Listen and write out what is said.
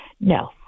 No